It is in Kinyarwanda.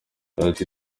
yagize